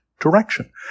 direction